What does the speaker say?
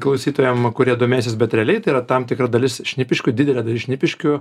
klausytojam kurie domėsis bet realiai tai yra tam tikra dalis šnipiškių didelė dalis šnipiškių